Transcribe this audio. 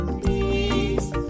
peace